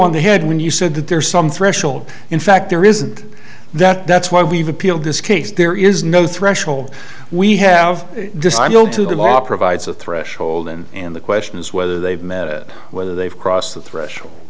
on the head when you said that there's some threshold in fact there isn't that that's why we've appealed this case there is no threshold we have to the law provides a threshold and and the question is whether they've met it whether they've crossed the threshold